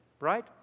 right